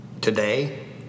today